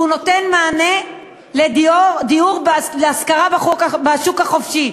והוא נותן מענה בדיור להשכרה בשוק החופשי.